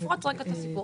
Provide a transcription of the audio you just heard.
נפרוט רגע את הסיפור.